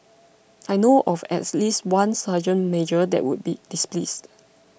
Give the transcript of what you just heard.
I know of at least one sergeant major that would be displeased